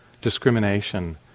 discrimination